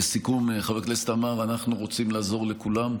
לסיכום, חבר הכנסת עמאר, אנחנו רוצים לעזור לכולם,